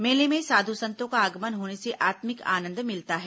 मेले में साधु संतों का आगमन होने से आत्मिक आनंद मिलता है